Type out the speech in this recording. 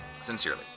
Sincerely